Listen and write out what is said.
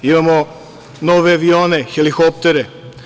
Imamo nove avione, helikoptere.